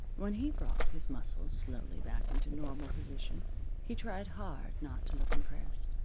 when he brought his muscles slowly back into normal position he tried hard not to look impressed.